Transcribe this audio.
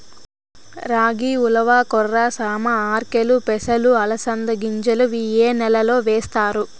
రాగి, ఉలవ, కొర్ర, సామ, ఆర్కెలు, పెసలు, అలసంద గింజలు ఇవి ఏ నెలలో వేస్తారు?